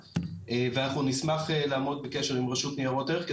ואנחנו נשמח לעמוד בקשר עם הרשות לניירות ערך,